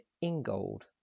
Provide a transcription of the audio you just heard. Ingold